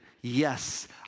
Yes